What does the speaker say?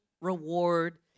reward